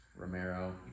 Romero